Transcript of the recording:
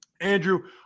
Andrew